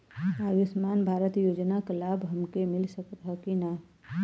आयुष्मान भारत योजना क लाभ हमके मिल सकत ह कि ना?